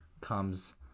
comes